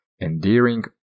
endearing